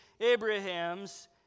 Abraham's